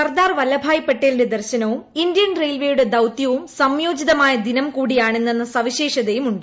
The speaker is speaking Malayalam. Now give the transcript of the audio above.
സർദാർ വല്ലഭ് ഭായ് പട്ടേലിന്റെ ദർശനവും ഇന്ത്യൻ റെയിൽവെയുടെ ദൌത്യവും സംയോജിതമായ ദിനം കൂടിയാണിന്നെന്ന സവിശേഷതയുമുണ്ട്